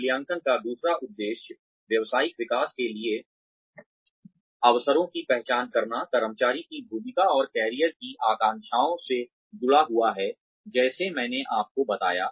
मूल्यांकन का दूसरा उद्देश्य व्यावसायिक विकास के लिए अवसरों की पहचान करना कर्मचारी की भूमिका और कैरियर की आकांक्षाओं से जुड़ा हुआ है जैसे मैंने आपको बताया